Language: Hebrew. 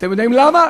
אתם יודעים למה?